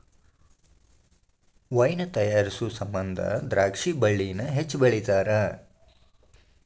wine ತಯಾರಿಸು ಸಮಂದ ದ್ರಾಕ್ಷಿ ಬಳ್ಳಿನ ಹೆಚ್ಚು ಬೆಳಿತಾರ